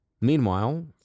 Meanwhile